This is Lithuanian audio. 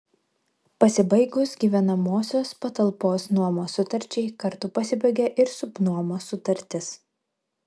pasibaigus gyvenamosios patalpos nuomos sutarčiai kartu pasibaigia ir subnuomos sutartis